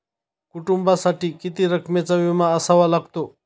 कुटुंबासाठी किती रकमेचा विमा असावा लागतो?